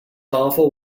awful